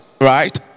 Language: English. right